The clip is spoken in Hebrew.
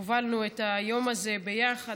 הובלנו את היום הזה ביחד.